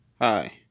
Hi